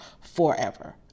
forever